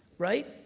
right?